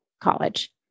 college